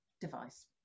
device